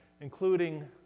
including